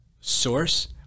source